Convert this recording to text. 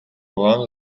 вам